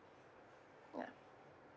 ya